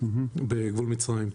בגבול מצרים.